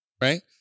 right